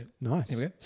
Nice